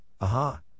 Aha